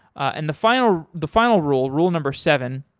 and the final the final rule, rule number seven,